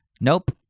nope